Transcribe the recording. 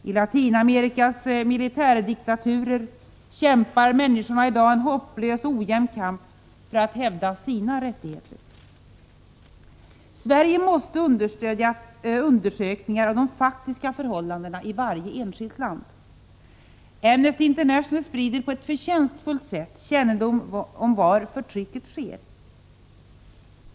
I Latinamerikas militärdiktaturer kämpar människorna i dag en hopplös och ojämn kamp för att hävda sina rättigheter. Sverige måste understödja undersökningar av de faktiska förhållandena i varje enskilt land. Amnesty International sprider på ett förtjänstfullt sätt kännedom om var förtrycket sker.